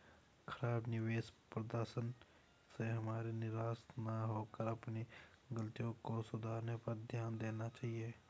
खराब निवेश प्रदर्शन से हमें निराश न होकर अपनी गलतियों को सुधारने पर ध्यान देना चाहिए